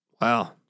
Wow